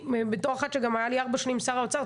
בתור אחת שגם היה לי ארבע שנים שר האוצר,